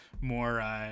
more